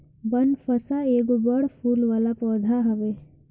बनफशा एगो बड़ फूल वाला पौधा हवे